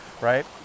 right